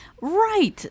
Right